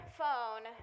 phone